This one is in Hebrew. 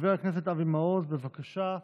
חבר הכנסת אבי מעוז, בבקשה,